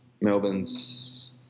Melbourne's